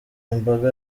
imbaga